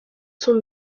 son